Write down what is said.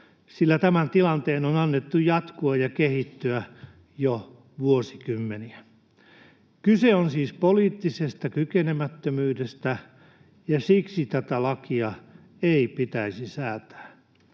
sillä tämän tilanteen on annettu jatkua ja kehittyä jo vuosikymmeniä. Kyse on siis poliittisesta kykenemättömyydestä — ja siksi tätä lakia ei pitäisi säätää.